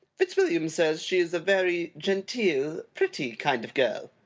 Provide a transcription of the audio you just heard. fitzwilliam says she is a very genteel, pretty kind of girl.